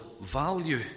value